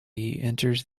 enters